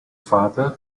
father